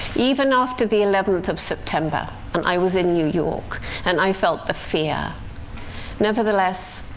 even after the eleventh of september and i was in new york and i felt the fear nevertheless,